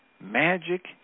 magic